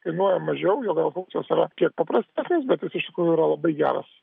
kainuoja mažiau jo gal funkcijos yra kiek paprastesnės bet jos iš tikrųjų yra labai geros